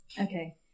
Okay